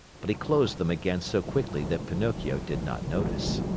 but he closed them again so quickly that pinocchio did not notice.